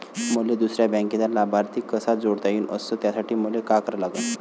मले दुसऱ्या बँकेचा लाभार्थी कसा जोडता येईन, अस त्यासाठी मले का करा लागन?